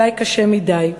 אולי קשה מדי.